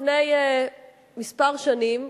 לפני כמה שנים,